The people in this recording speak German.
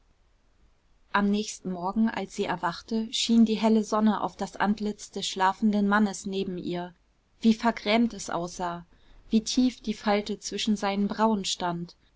am nächsten morgen als sie erwachte schien die helle sonne auf das antlitz des schlafenden mannes neben ihr wie vergrämt es aussah wie tief die falte zwischen seinen brauen stand